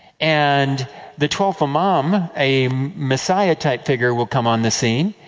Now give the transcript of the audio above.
and the twelfth imam, a messiah-type figure, will come on the scene.